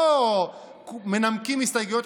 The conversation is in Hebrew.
לא מנמקים הסתייגויות.